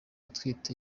atwite